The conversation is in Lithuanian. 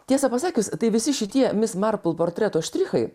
tiesą pasakius tai visi šitie mis marpl portreto štrichai